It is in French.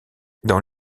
dans